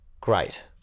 great